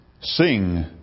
Sing